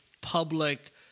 public